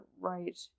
right